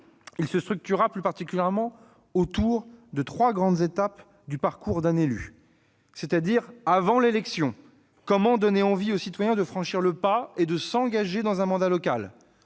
se structurera, plus particulièrement, autour des trois grandes étapes du parcours d'un élu. Avant l'élection, comment donner envie aux citoyens de franchir le pas et de s'engager dans un mandat local ?